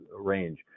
range